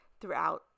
throughout